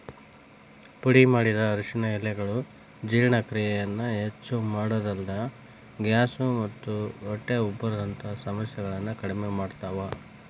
ಪುಡಿಮಾಡಿದ ಅರಿಶಿನ ಎಲೆಗಳು ಜೇರ್ಣಕ್ರಿಯೆಯನ್ನ ಹೆಚ್ಚಮಾಡೋದಲ್ದ, ಗ್ಯಾಸ್ ಮತ್ತ ಹೊಟ್ಟೆ ಉಬ್ಬರದಂತ ಸಮಸ್ಯೆಗಳನ್ನ ಕಡಿಮಿ ಮಾಡ್ತಾವ